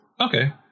Okay